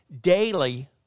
daily